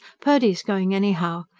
purdy is going anyhow.